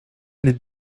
les